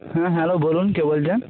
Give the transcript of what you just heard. হ্যাঁ হ্যালো বলুন কে বলছেন